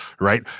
Right